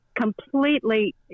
completely